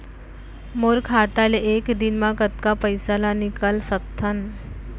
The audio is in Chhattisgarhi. मोर खाता ले एक दिन म कतका पइसा ल निकल सकथन?